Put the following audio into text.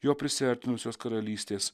jo prisiartinusios karalystės